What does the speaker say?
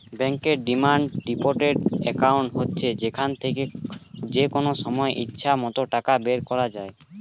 ব্যাংকের demand deposit account হচ্ছে যেখান থেকে যেকনো সময় ইচ্ছে মত টাকা বের করা যায়